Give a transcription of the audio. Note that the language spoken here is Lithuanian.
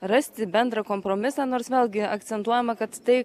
rasti bendrą kompromisą nors vėlgi akcentuojama kad tai